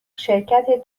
شرکت